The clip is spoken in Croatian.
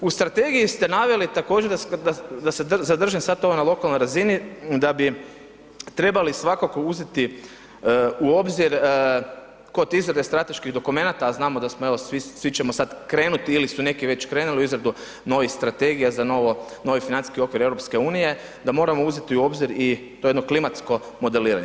U Strategiji ste naveli također, da se zadržim sad ovdje na lokalnoj razini, da bi trebali svakako uzeti u obzir kod izrade strateških dokumenata, a znamo da smo, evo svi ćemo sad krenuti ili su neki već krenuli u izradu novih strategija za novi financijski okvir EU, da moramo uzeti u obzir i to jedno klimatsko modeliranje.